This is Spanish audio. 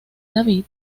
david